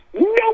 no